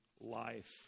life